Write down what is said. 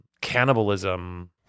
cannibalism